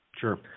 sure